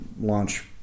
launch